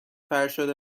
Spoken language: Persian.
فرشاد